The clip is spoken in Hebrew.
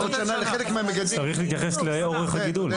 צריך להתייחס לאורך הגידול.